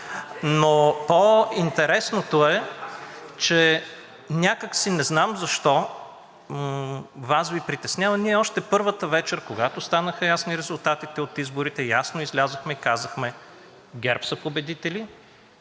Но по-интересно е, че някак си, не знам защо, Вас Ви притеснява. Ние още първата вечер, когато станаха ясни резултатите от изборите, ясно излязохме и казахме: ГЕРБ са победители.